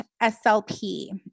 s-l-p